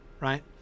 right